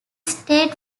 stayed